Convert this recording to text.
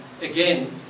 again